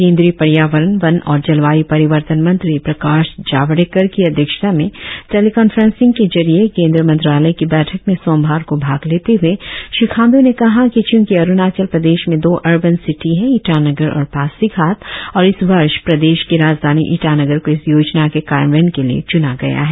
केंद्रीय पर्यावरण वन और जलवाय् परिवर्तन मंत्री प्रकाश जावड़ेकर की अध्यक्षता में टेलिकॉन्फ्रेंसिंग के जरिये केंद्रीय मंत्रालय की बैठक में सोमवार को भाग लेते हुए श्री खाण्ड् ने कहा च्ंकी अरुणाचल प्रदेश में दो अर्बन सिटी है ईटानगर और पासीघाट और इस वर्ष प्रदेश की राजधानी ईटानगर को इस योजना के कार्यान्वयन के लिए च्ना गया है